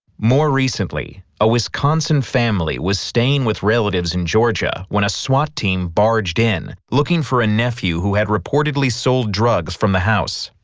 more recently, a wisconsin family was staying with relatives in georgia when a swat team barged in, looking for a nephew who had reportedly sold drugs from the house.